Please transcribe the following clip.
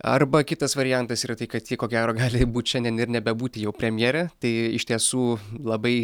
arba kitas variantas yra tai kad ji ko gero gali būt šiandien ir nebebūti jau premjere tai iš tiesų labai